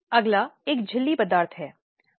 हमारे पास भारतीय समाज में दहेज की समस्या भी है